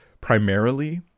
primarily